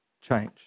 changed